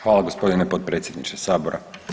Hvala gospodine potpredsjedniče sabora.